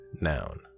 Noun